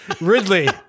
Ridley